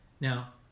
Now